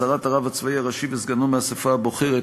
הסרת הרב הצבאי הראשי וסגנו מהאספה הבוחרת),